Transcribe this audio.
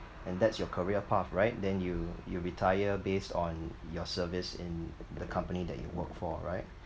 and that's your career path right then you you retire based on your service in the company that you work for right